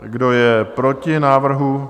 Kdo je proti návrhu?